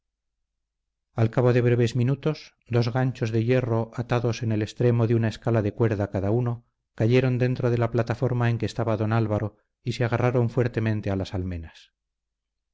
al cabo de breves minutos dos ganchos de hierro atados en el extremo de una escala de cuerda cada uno cayeron dentro de la plataforma en que estaba don álvaro y se agarraron fuertemente a las almenas